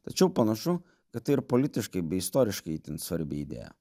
tačiau panašu kad tai ir politiškai bei istoriškai itin svarbi idėja